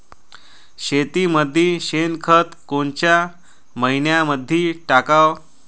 मातीमंदी शेणखत कोनच्या मइन्यामंधी टाकाव?